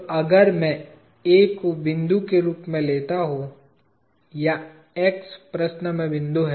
तो अगर मैं A को बिंदु के रूप में लेता हूं या X प्रश्न में बिंदु है